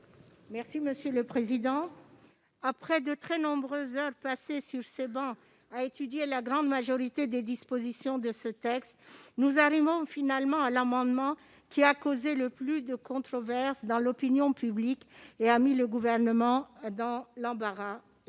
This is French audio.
Benbassa, sur l'article. Après de très nombreuses heures passées sur ces travées à étudier la grande majorité des dispositions de ce texte, nous arrivons finalement à l'article qui a causé le plus de controverses dans l'opinion publique et a mis le Gouvernement dans l'embarras, à juste